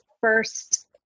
first